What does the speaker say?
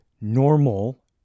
normal